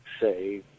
say